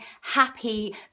happy